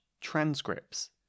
transcripts